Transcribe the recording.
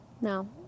No